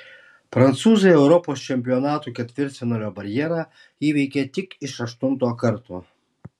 prancūzai europos čempionatų ketvirtfinalio barjerą įveikė tik iš aštunto karto